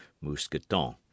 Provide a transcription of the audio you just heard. mousqueton